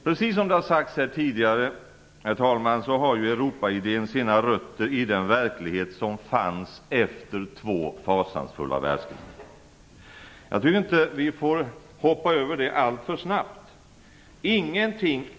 Precis som det sagts tidigare har Europaidén sina rötter i den verklighet som fanns efter två fasansfulla världskrig. Vi får inte glömma det allt för snabbt.